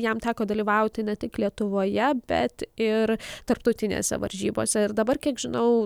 jam teko dalyvauti ne tik lietuvoje bet ir tarptautinėse varžybose ir dabar kiek žinau